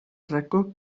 racó